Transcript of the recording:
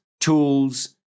tools